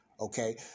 Okay